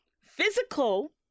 physical